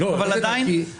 אבל גם לא